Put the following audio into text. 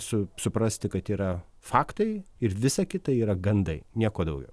su suprasti kad yra faktai ir visa kita yra gandai nieko daugiau